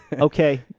Okay